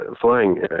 flying